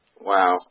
Wow